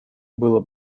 было